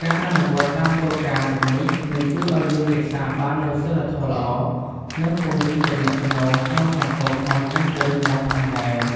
ការអនុវត្តតាមគោលការណ៍ទាំងនេះ នឹងជួយឲ្យយើងរក្សាបាននូវសីលធម៌ល្អ និងពង្រឹងទំនាក់ទំនងក្នុងសង្គមឲ្យកាន់តែរឹងមាំផងដែរ។